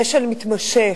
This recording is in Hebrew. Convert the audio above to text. כשל מתמשך,